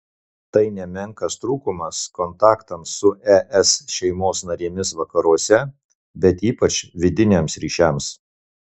tai nemenkas trūkumas kontaktams su es šeimos narėmis vakaruose bet ypač vidiniams ryšiams